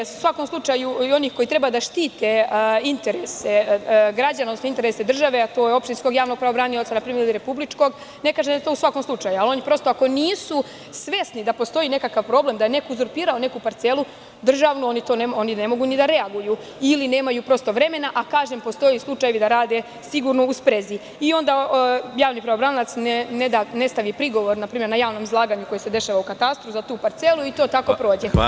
U svakom slučaju, i oni koji treba da štite interese građana, odnosno države, a to je opštinski javni pravobranilac ili republički, ne kažem da je to u svakom slučaju, ali prosto ako nisu svesni da postoji neki problem da je neko uzurpirao neku parcelu državnu, oni ne mogu ni da reaguju, ili nema vremena, a kažem, postoje slučajevi da rade sigurno i u sprezi i onda javni pravobranilac ne stavi prigovor na javnom izlaganju koje se dešava u katastru za tu parcelu i to tako prođe.